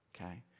Okay